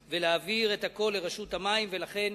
התאגידים ולהעביר את הכול לרשות המים ולכן